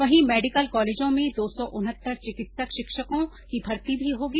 वहीं मेडिकल कॉलेजों में दो सौ उनहत्तर चिकित्सक शिक्षकों की भर्ती भी होगी